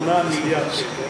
8 מיליארד שקל?